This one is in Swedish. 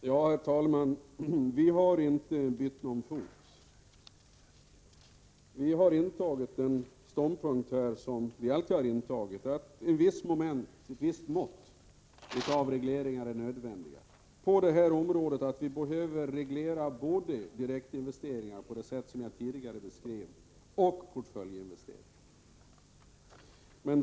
Herr talman! Vi har inte bytt fot. Vi har intagit en ståndpunkt som vi alltid har intagit, att ett visst mått av regleringar är nödvändigt på detta område. Vi får därför, på det sätt som jag tidigare beskrivit, reglera både direktinvesteringar och portföljinvesteringar.